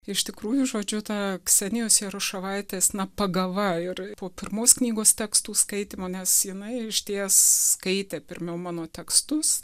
iš tikrųjų žodžiu ta ksenijos jaroševaitės na pagava ir po pirmos knygos tekstų skaitymo nes jinai išties skaitė pirmiau mano tekstus